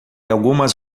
algumas